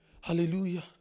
hallelujah